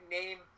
name